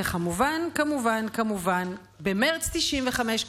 וכמובן כמובן כמובן במרץ 1995,